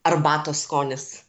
arbatos skonis